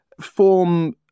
form